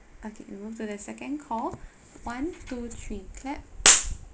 okay we move to the second call one two three clap